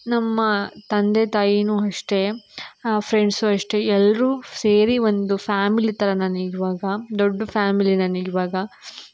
ನಮ್ಮ ತಂದೆ ತಾಯಿಯೂ ಅಷ್ಟೇ ಫ್ರೆಂಡ್ಸೂ ಅಷ್ಟೇ ಎಲ್ಲರೂ ಸೇರಿ ಒಂದು ಫ್ಯಾಮಿಲಿ ಥರ ನನಗೆ ಇವಾಗ ದೊಡ್ಡ ಫ್ಯಾಮಿಲಿ ನನಗೆ ಇವಾಗ